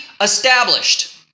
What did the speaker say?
established